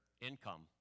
income